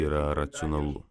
yra racionalu